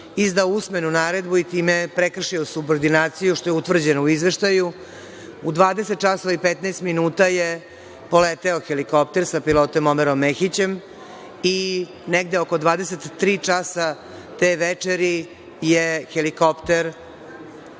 izdao usmenu naredbu i time je prekršio subordinaciju, što je utvrđeno u izveštaju. U 20,15 časova je poleteo helikopter sa pilotom Omerom Mehićem i negde oko 23 časa te večeri se helikopter